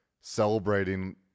celebrating